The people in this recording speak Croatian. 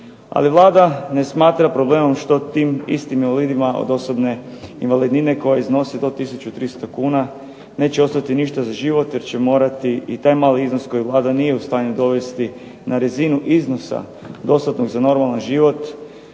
Ali Vlada ne smatra problemom što tim istim invalidima od osobne invalidnine koja iznosi do 1300 kuna neće ostati ništa za život jer će morati i taj mali iznos koji Vlada nije u stanju dovesti na razinu iznosa dostatnog za normalan život